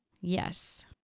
Yes